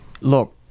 look